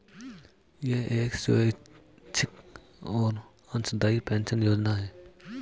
यह एक स्वैच्छिक और अंशदायी पेंशन योजना है